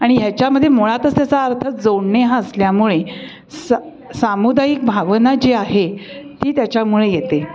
आणि ह्याच्यामध्ये मुळातच त्याचा अर्थ जोडणे हा असल्यामुळे स सामुदायिक भावना जी आहे ती त्याच्यामुळे येते